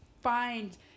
find